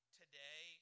today